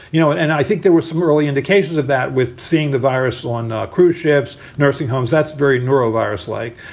you know, and i think there were some early indications of that with seeing the virus on cruise ships, nursing homes. that's very neuro virus like.